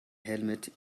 helmet